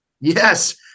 Yes